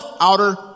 Outer